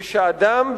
ושאדם,